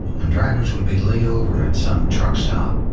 when drivers would be laid over at some truckstop.